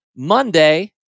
Monday